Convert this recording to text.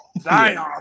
Zion